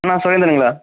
அண்ணா சுரேந்தருங்களா